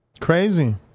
Crazy